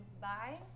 bye